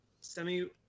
semi